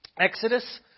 Exodus